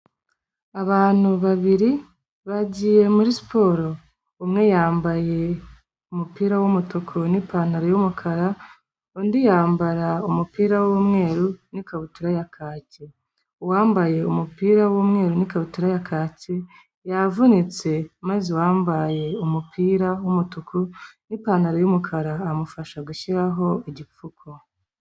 Abantu babiri, bagiye muri siporo. Umwe yambaye umupira w'umutuku n'ipantaro y'umukara, undi yambara umupira w'umweru, n'ikabutura ya kake. Uwambaye umupira w'umweru n'ikabutura ya kake yavunitse, maze uwambaye umupira w'umutuku n'ipantaro y'umukara, amufasha gushyiraho igipfuko.